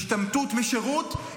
השתמטות משירות,